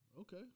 Okay